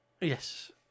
yes